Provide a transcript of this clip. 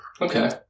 Okay